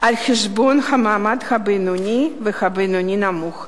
על חשבון המעמד הבינוני והבינוני הנמוך.